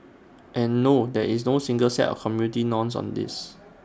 and no there is no single set of community norms on this